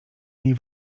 niej